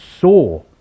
saw